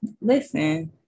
listen